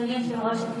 אדוני היושב-ראש,